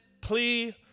plea